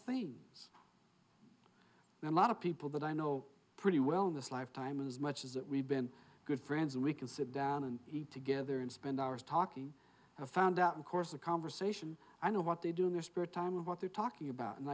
and a lot of people that i know pretty well in this lifetime as much as that we've been good friends and we can sit down and eat together and spend hours talking i've found out the course of conversation i know what they do in their spare time and what they're talking about and